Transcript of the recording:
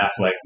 Affleck